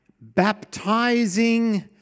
baptizing